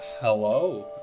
Hello